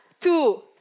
two